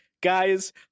guys